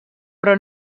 però